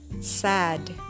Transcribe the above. sad